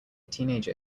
teenager